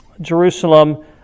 Jerusalem